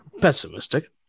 Pessimistic